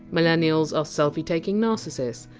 millennials are selfie-taking narcissists.